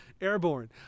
airborne